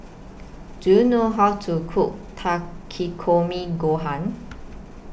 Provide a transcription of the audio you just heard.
Do YOU know How to Cook Takikomi Gohan